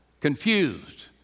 confused